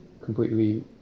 completely